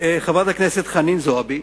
חנין זועבי,